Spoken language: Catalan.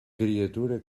criatura